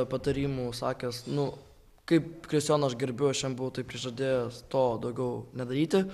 patarimų sakęs nu kaip kristijoną aš gerbiu aš jam buvau tai prižadėjęs to daugiau nedaryti